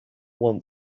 want